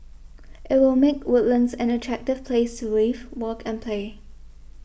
it will make Woodlands an attractive place to live work and play